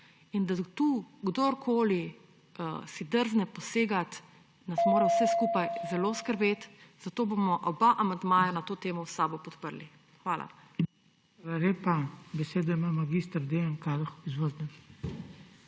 In da tu kdorkoli si drzne posegati, nas mora vse skupaj zelo skrbeti, zato bomo oba amandmaja na to temo v SAB-u podprli. Hvala.